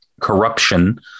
corruption